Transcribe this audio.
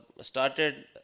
started